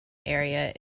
area